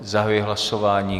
Zahajuji hlasování.